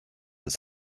des